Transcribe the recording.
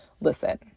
listen